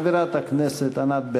חברת הכנסת ענת ברקו.